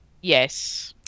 yes